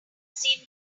seen